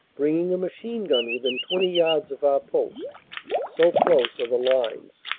bringing a machine-gun within twenty yards of our post so close are the lines.